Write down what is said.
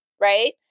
right